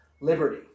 liberty